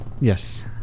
Yes